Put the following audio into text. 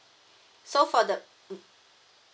so for the mm